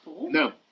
No